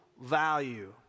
value